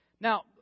Now